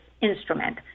instrument